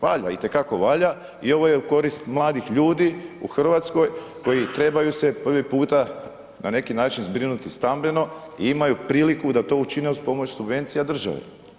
Valja i te kako valja i ovo je u korist mladih ljudi u Hrvatskoj koji trebaju se prvi puta na neki način zbrinuti stambeno i imaju priliku da to učine uz pomoć subvencija države.